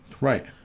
Right